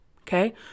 Okay